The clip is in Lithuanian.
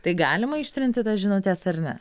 tai galima ištrinti tas žinutes ar ne